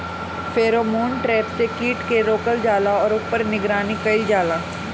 Pheromone trap से कीट के रोकल जाला और ऊपर निगरानी कइल जाला?